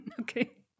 Okay